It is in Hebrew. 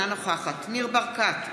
אינה נוכחת ניר ברקת,